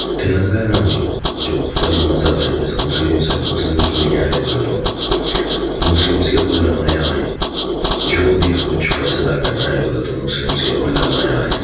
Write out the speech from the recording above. تلنگانہ میں جو مختلف مذہب ہے جیسے مسلمس ہیں مسلمس میں کیا ہے بولے تو مسلمس کے علماء ہیں جو بھی کچھ فیصلہ کرنا ہے بولے تو مسلمس کے علماء ہیں